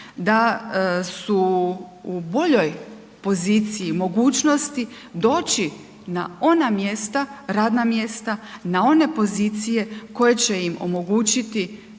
da su u boljoj poziciji, mogućnosti doći na ona mjesta, radna mjesta, na one pozicije koje će im omogućiti